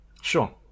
Sure